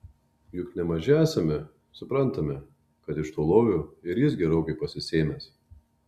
juk ne maži esame suprantame kad iš to lovio ir jis gerokai pasisėmęs